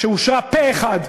שאושרה פה-אחד,